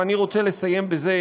ואני רוצה לסיים בזה